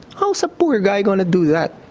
how's a poor guy gonna do that?